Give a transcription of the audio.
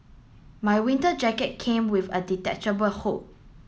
my winter jacket came with a detachable hood